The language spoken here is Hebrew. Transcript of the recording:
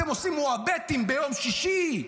אתם עושים מועבטים ביום שישי.